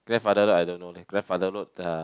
grandfather note I don't know leh grandfather note the